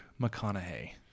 McConaughey